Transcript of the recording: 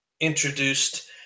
introduced